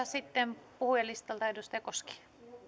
sitten puhujalistalta edustaja koski arvoisa